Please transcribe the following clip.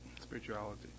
spirituality